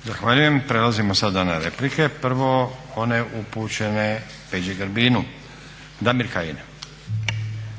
(SDP)** Zahvaljujem. Prelazimo sada na replike. Prvo one upućene Peđi Grbinu. Damir Kajin.